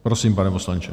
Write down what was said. Prosím, pane poslanče.